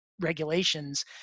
regulations